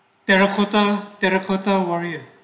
there are a quota terracotta warrior